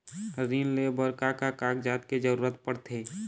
ऋण ले बर का का कागजात के जरूरत पड़थे?